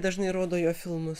dažnai rodo jo filmus